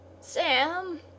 Sam